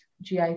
GI